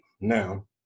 Now